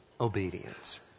obedience